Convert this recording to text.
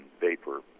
vapor